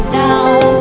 down